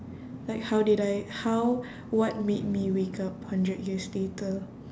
like how did I how what made me wake up hundred years later